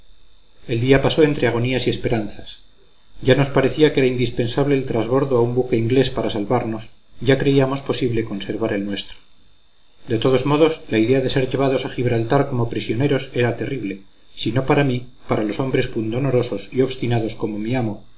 el día pasó entre agonías y esperanzas ya nos parecía que era indispensable el trasbordo a un buque inglés para salvarnos ya creíamos posible conservar el nuestro de todos modos la idea de ser llevados a gibraltar como prisioneros era terrible si no para mí para los hombres pundonorosos y obstinados como mi amo